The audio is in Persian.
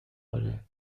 آره